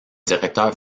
directeur